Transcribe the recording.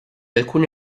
alcuni